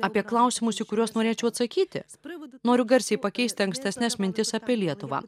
apie klausimus kuriuos norėčiau atsakyti noriu garsiai pakeisti ankstesnes mintis apie lietuvą